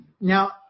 Now